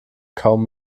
kaum